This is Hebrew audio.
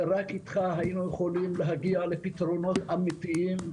רק אתך היינו יכולים להגיע לפתרונות אמיתיים.